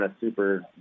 super